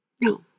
No